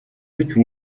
życiu